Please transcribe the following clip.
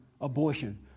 abortion